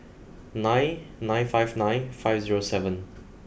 nine nine five nine five zero seven